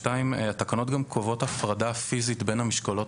התקנות גם קובעות הפרדה פיזית בין המשקולות